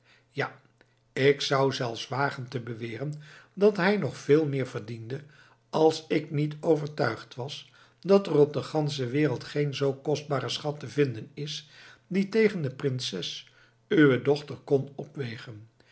ja ik zou zelfs wagen te beweren dat hij nog veel meer verdiende als ik niet overtuigd was dat er op de gansche wereld geen zoo kostbare schat te vinden is die tegen de prinses uwe dochter kon opwegen